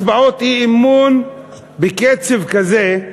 הצבעות אי-אמון בקצב כזה,